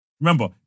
Remember